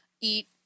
Eat